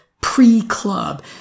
pre-club